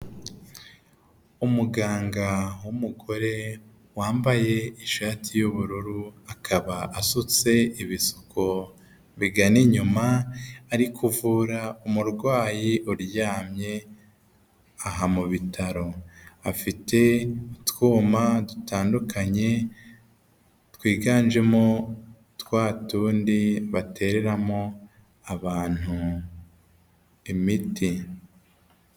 Umuganga w'umugore wambaye ishati yubururu akaba asutse ibiko bigana inyuma, ari kuvura umurwayi uryamye aha mu bitaro. Afite utwoma dutandukanye twiganjemo twa tundi batereramo abantu imiti.